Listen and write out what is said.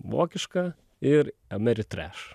vokiška ir ameritreš